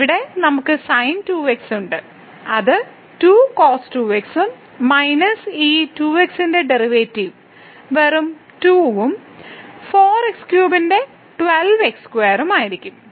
ഇവിടെ നമുക്ക് sin2x ഉണ്ട് അത് 2 cos2x ഉം മൈനസ് ഈ 2 x ന്റെ ഡെറിവേറ്റീവ് വെറും 2 ഉം 4x3 12x2 ഉം ആയിരിക്കും